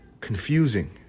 confusing